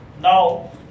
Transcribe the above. Now